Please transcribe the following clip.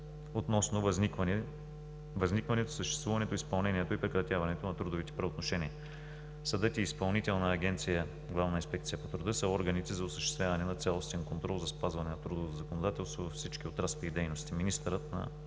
относно възникването, съществуването, изпълнението и прекратяването на трудовите правоотношения. Съдът и Изпълнителна агенция „Главна инспекция по труда“ са органите за осъществяване на цялостен контрол за спазване на трудовото законодателство във всички отрасли и дейности.